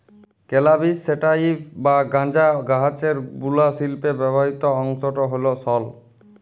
ক্যালাবিস sativa বা গাঁজা গাহাচের বুলা শিল্পে ব্যাবহিত অংশট হ্যল সল